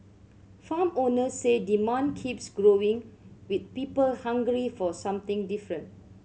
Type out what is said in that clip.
farm owners say demand keeps growing with people hungry for something different